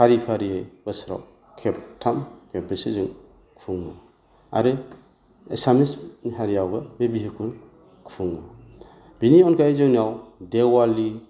फारि फारियै बोसोराव खेबथाम खेब्रैसो जों खुङो आरो एसामिस हारिआवबो बे बिहुखौ खुङो बिनि अनगायै जोंनियाव देवालि